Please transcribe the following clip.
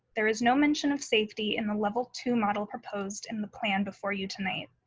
there is no mention of safety in the level two model proposed in the plan before you tonight.